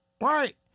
Right